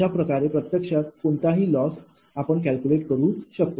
अशाप्रकारे प्रत्यक्षात कोणीही लॉस कॅल्क्युलेशन करू शकतो